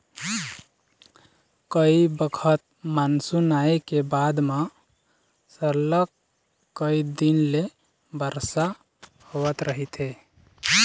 कइ बखत मानसून आए के बाद म सरलग कइ दिन ले बरसा होवत रहिथे